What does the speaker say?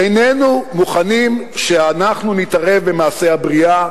איננו מוכנים שאנחנו נתערב במעשה הבריאה,